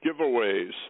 giveaways